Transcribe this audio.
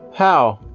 how?